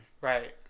Right